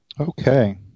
Okay